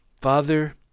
Father